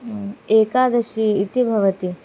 एकादशी इति भवति